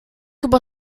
über